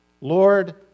Lord